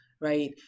Right